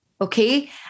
Okay